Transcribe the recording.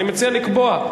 אני מציע לקבוע,